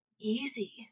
easy